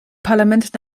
parlament